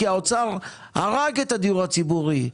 כי האוצר הרג את הדיור הציבורי.